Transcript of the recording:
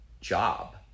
job